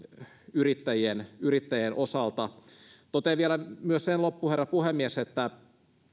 yrittäjien yrittäjien osalta totean vielä loppuun myös sen herra puhemies että